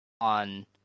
on